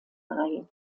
bei